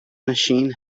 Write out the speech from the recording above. machine